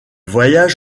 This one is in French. voyage